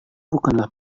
bukanlah